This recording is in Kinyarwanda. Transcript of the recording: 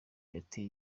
yateye